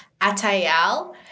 Atayal